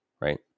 right